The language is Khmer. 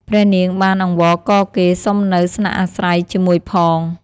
ព្រះនាង បានអង្វរករគេសុំនៅស្នាក់អាស្រ័យជាមួយផង។